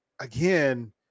again